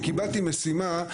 שקיבלתי משימה,